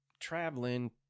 traveling